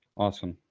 awesome.